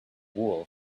wool